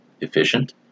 efficient